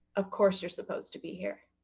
of course you're supposed to be here.